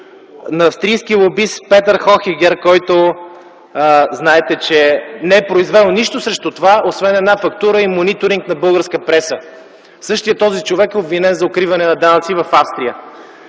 на австрийския лобист Петер Хохигер, който, знаете, не е произвел нищо срещу това, освен една фактура и мониторинг на българска преса. Същият този човек е обвинен за укриване на данъци в Австрия.